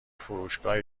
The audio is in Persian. فروشگاه